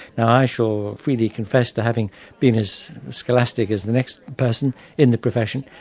and i shall freely confess to having been as scholastic as the next person in the profession,